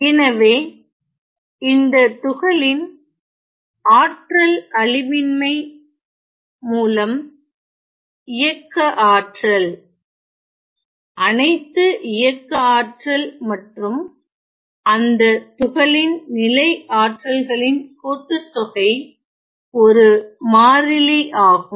எனவே இந்த துகளின் ஆற்றல் அழிவின்மை மூலம் இயக்க ஆற்றல் அனைத்து இயக்கஆற்றல் மற்றும் அந்த துகளின் நிலை ஆற்றல்களின் கூட்டுத்தொகை ஒரு மாறிலி ஆகும்